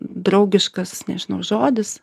draugiškas nežinau žodis